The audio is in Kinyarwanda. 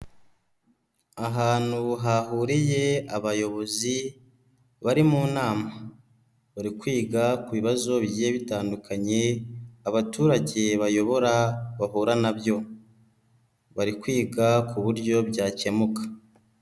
Ahantu hahuriye abayobozi bari mu nama, bari kwiga ku bibazo bigiye bitandukanye abaturage bayobora bahura na byo, bari kwiga ku buryo byakemuka.